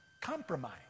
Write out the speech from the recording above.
compromise